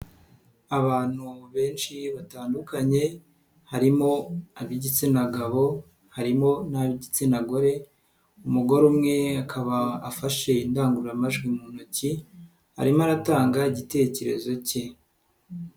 Abantu benshi batandukanye harimo ab'igitsina gabo, harimo n'abigitsina gore, umugore umwe akaba afashe indangururamajwi mu ntoki arimo aratanga igitekerezo cye.